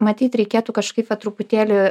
matyt reikėtų kažkaip va truputėlį